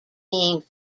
being